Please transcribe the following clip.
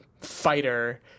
fighter